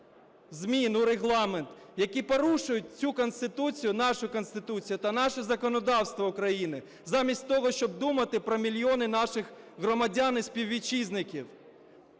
змін у Регламент, які порушують цю Конституцію, нашу Конституцію та наше законодавство України замість того, щоб думати про мільйони наших громадян і співвітчизників.